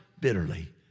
bitterly